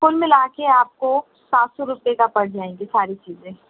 کل ملاکے آپ کو سات سو روپے کا پڑ جائیں گے ساری چیزیں